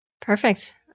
Perfect